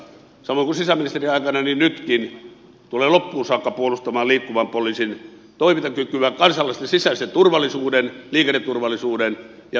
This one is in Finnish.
samoin kuin sisäministeriaikana niin nytkin tulen loppuun saakka puolustamaan liikkuvan poliisin toimintakykyä kansalaisten sisäisen turvallisuuden liikenneturvallisuuden ja yleisen kansallisen turvallisuuden takia